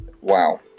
wow